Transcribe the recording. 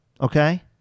okay